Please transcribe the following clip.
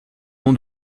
nom